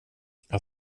jag